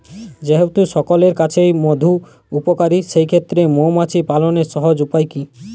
যেহেতু সকলের কাছেই মধু উপকারী সেই ক্ষেত্রে মৌমাছি পালনের সহজ উপায় কি?